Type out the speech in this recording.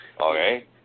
Okay